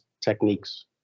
techniques